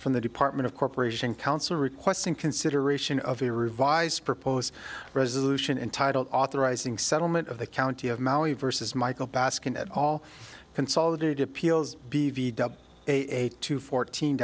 from the department of corporation council requesting consideration of a revised proposed resolution entitled authorizing settlement of the county of maui versus michael baskin at all consolidated appeals a to fourteen